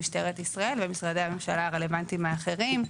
משטרת ישראל ומשרדי הממשלה הרלוונטיים האחרים,